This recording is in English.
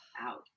out